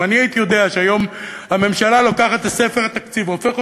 אם אני הייתי יודע שהיום הממשלה לוקחת את ספר התקציב והופכת